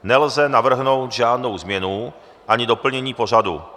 Nelze navrhnout žádnou změnu ani doplnění pořadu.